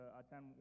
attend